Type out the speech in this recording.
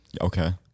okay